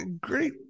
great